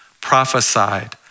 prophesied